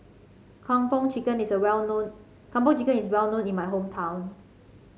Kung Po Chicken is a well known Kung Po Chicken is well known in my hometown